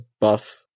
buff